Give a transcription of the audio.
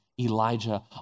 Elijah